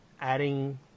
adding